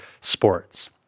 sports